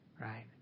right